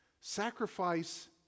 Sacrifice